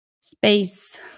space